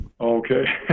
Okay